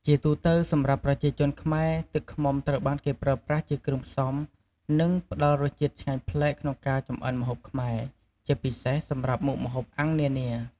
ជាទូទៅ សម្រាប់ប្រជាជនខ្មែរ ទឹកឃ្មុំត្រូវបានគេប្រើប្រាស់ជាគ្រឿងផ្សំ និងផ្តល់រសជាតិឆ្ងាញ់ប្លែកក្នុងការចម្អិនម្ហូបខ្មែរ ជាពិសេសសម្រាប់មុខម្ហូបអាំងនានា។